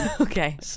okay